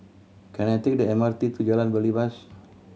can I take the M R T to Jalan Belibas